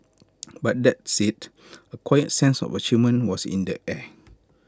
but that said A quiet sense of achievement was in the air